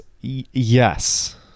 yes